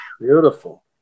Beautiful